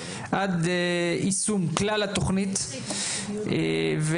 עד יישום כלל התוכנית וכמובן,